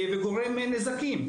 וגורם לנזקים.